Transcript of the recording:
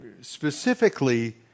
specifically